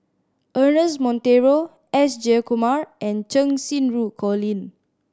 Ernest Monteiro S Jayakumar and Cheng Xinru Colin